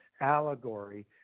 allegory